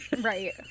Right